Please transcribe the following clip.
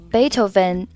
Beethoven